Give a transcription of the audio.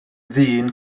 ddyn